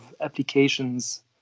applications